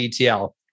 ETL